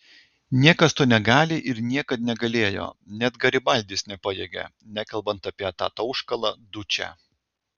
niekas to negali ir niekad negalėjo net garibaldis nepajėgė nekalbant apie tą tauškalą dučę